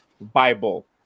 Bible